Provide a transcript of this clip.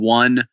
one